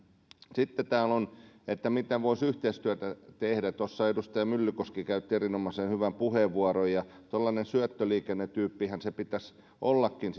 sitten täällä on kysytty miten voisi yhteistyötä tehdä edustaja myllykoski käytti erinomaisen hyvän puheenvuoron tuollainen syöttöliikennetyyppihän sen pitäisi ollakin